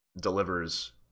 delivers